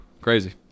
Crazy